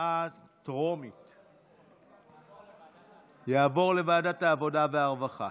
התשפ"ב 2022, לוועדת העבודה והרווחה